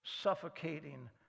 suffocating